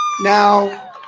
Now